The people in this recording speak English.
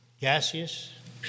gaseous